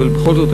אבל בכל זאת,